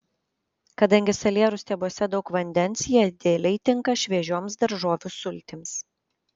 kadangi salierų stiebuose daug vandens jie idealiai tinka šviežioms daržovių sultims